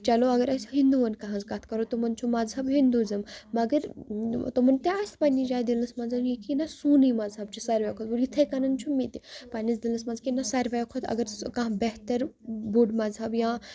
چلو اَگر أسۍ ہِندُو ہنٛز کَتھ کرو تِمن چھُ مَزہب ہِندوزِم مَگر تِمن تہِ آسہِ پَنٕنہِ جایہِ دِلَس منٛز یہِ کہِ سونُے مَزہب چھُ ساروی کھۄتہٕ بوٚڑ یِتھٕے کَنن چھُ مےٚ تہِ پَنٕنِس دِلس منٛز کہِ نہ ساروی کھۄتہٕ اَگر بہتر بوٚڑ مَزہب یا